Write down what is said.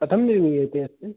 कथं निर्मीयते अस्य